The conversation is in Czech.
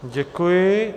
Děkuji.